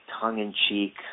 tongue-in-cheek